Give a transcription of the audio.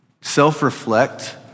self-reflect